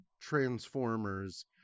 Transformers